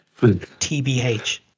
TBH